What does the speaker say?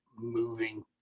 moving